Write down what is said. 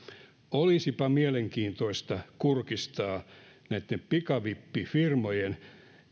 olisipa mielenkiintoista kurkistaa näitten pikavippifirmojen